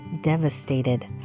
devastated